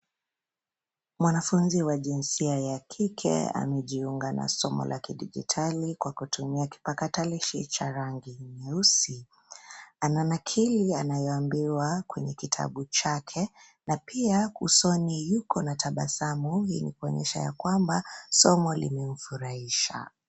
Mwanafunzi wa jinsia ya kike amejiunga na somo la kidijitali kwa kutumia kipakatalishi cha rangi nyeusi. Ananakili anayoambiwa kwenye kitabu chake na pia usoni yuko na tabasamu . Hii ni kuonyesha ya kwamba somo limemfurahisha.